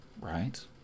Right